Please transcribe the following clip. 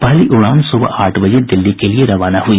पहली उड़ान सुबह आठ बजे दिल्ली के लिए रवाना हुई